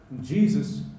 Jesus